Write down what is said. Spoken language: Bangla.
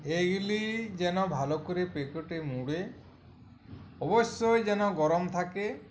এইগুলি যেন ভালো করে প্যাকোটে মুড়ে অবশ্যই যেন গরম থাকে